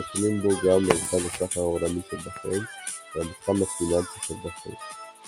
שוכנים בו גם מרכז הסחר העולמי של בחריין והמתחם הפיננסי של בחריין ,